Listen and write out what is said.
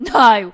no